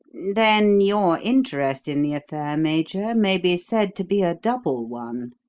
then your interest in the affair, major, may be said to be a double one.